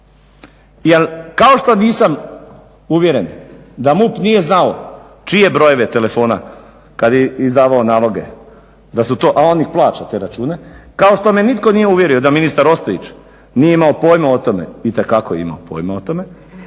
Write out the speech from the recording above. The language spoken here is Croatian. kao što nisam uvjeren da MUP nije znao čije brojeve telefona kad je izdavao naloge da su to, a on ih plaća te račune, kao što me nitko nije uvjerio da ministar Ostojić nije imao pojma o tome. Itekako je imao pojma o tome.